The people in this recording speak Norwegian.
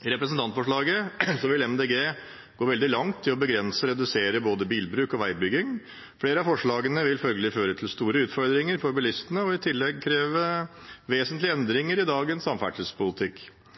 I representantforslaget vil Miljøpartiet De Grønne gå veldig langt i å begrense og redusere både bilbruk og veibygging. Flere av forslagene vil følgelig føre til store utfordringer for bilistene og i tillegg kreve vesentlige endringer i dagens samferdselspolitikk,